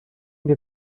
they